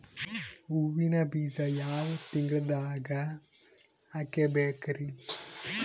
ಹೂವಿನ ಬೀಜ ಯಾವ ತಿಂಗಳ್ದಾಗ್ ಹಾಕ್ಬೇಕರಿ?